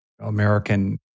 American